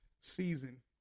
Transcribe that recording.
Season